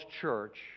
Church